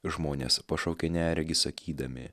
žmonės pašaukė neregį sakydami